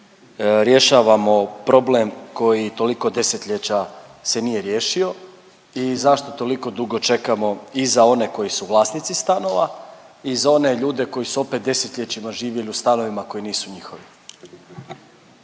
rješavamo problem koji toliko desetljeća se nije riješio i zašto toliko dugo čekamo i za one koji su vlasnici stanova i za one ljude koji su opet desetljećima živjeli u stanovima koji nisu njihovi.